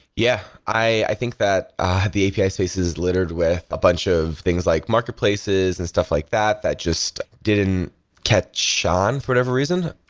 yeah. i think that the api space is littered with a bunch of things like marketplaces and stuff like that that just didn't catch on for whatever reason.